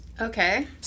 Okay